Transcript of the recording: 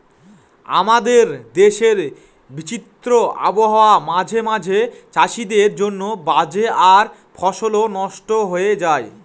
আমাদের দেশের বিচিত্র আবহাওয়া মাঝে মাঝে চাষীদের জন্য বাজে আর ফসলও নস্ট হয়ে যায়